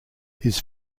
his